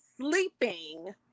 sleeping